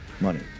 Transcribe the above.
money